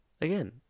again